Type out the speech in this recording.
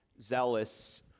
Zealous